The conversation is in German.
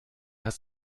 hast